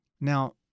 Now